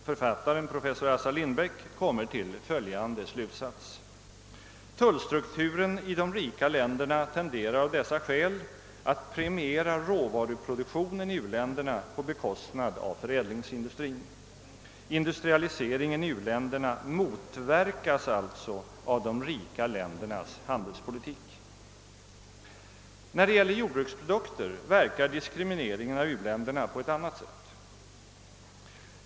Författaren, professor Assar Lindbeck, kommer till följande slutsats: »Tullstrukturen i de rika länderna tenderar av dessa skäl att premiera råvaruproduktionen i u-länderna på bekostnad av förädlingsindustrin. Industrialiseringen i u-länderna motverkas alltså av de rika ländernas handelspolitik.» När det gäller jordbruksprodukter verkar diskrimineringen av u-länderna på ett annat sätt.